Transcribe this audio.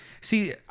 see